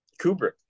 Kubrick